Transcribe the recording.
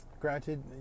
granted